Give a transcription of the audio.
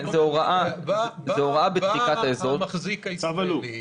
בא המחזיק הישראלי